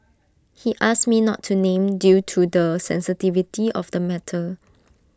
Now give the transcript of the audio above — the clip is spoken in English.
he asked me not to named due to the sensitivity of the matter